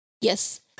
yes